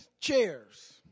chairs